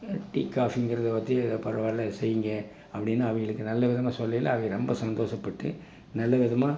tea காஃபிங்கிறதை பற்றி பரவாயில்ல இதை செய்யுங்க அப்படினு அவங்களுக்கு நல்ல விதமாக சொல்லையில் அவங்க ரொம்ப சந்தோஷப்பட்டு நல்ல விதமாக